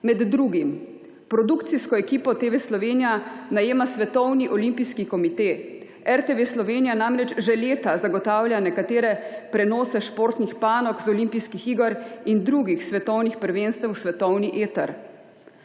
Med drugim produkcijsko ekipo TV Slovenija najema svetovni olimpijski komite, RTV Slovenija namreč že leta zagotavlja nekatere prenose športnih panog z olimpijskih iger in drugih svetovnih prvenstev v svetovni eter.